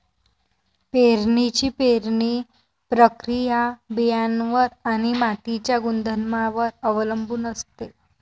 पेरणीची पेरणी प्रक्रिया बियाणांवर आणि मातीच्या गुणधर्मांवर अवलंबून असते